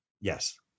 Yes